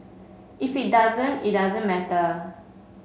if it doesn't it doesn't matter